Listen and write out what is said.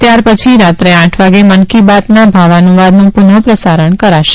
ત્યારપછી રાત્રે આઠ વાગે મન કી બાતના ભાવાનુવાદનું પુનઃ પ્રસારણ કરાશે